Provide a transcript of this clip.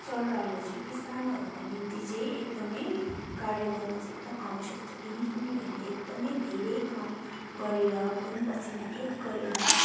सरकारले चाहिँ किसानहरूको निम्ति चाहिँ एकदमै कार्य गर्न चाहिँ एकदम आवश्यक छ किनकि उनीहरूले एकदमै धेरै काम गरेर खुन पसिना एक गरेर